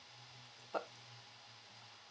per